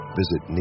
visit